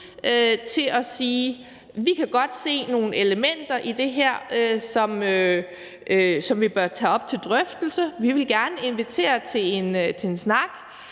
ud og sige: Vi kan godt se nogle elementer i det her, som vi bør tage op til drøftelse, og vi vil gerne invitere til en snak.